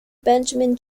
benjamin